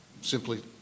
simply